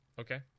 Okay